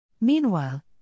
Meanwhile